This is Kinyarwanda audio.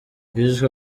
hishwe